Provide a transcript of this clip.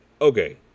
Okay